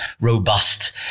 robust